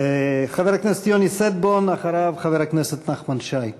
חבר הכנסת יוני שטבון, ואחריו, חבר הכנסת נחמן שי.